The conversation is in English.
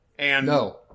No